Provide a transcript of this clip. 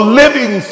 living